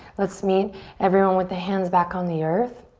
let's meet everyone with the hands back on the earth.